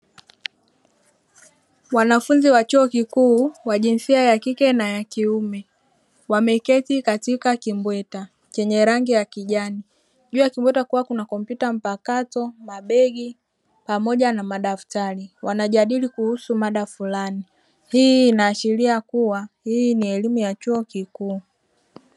Wanafunzi wa chuo kikuu wa jinsia ya kike na kiume wameketi katika kimbweta chenye rangi ya kijani, juu ya kimbweta kukiwa kuna kompyuta mpakato, mabegi pamoja na madaftari wanajadili kuhusu mada fulani. Hii inaashiria kua hii ni elimu ya chuo kikuu.